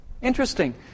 Interesting